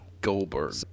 Goldberg